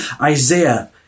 Isaiah